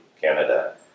Canada